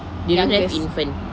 youngest